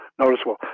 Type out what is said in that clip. noticeable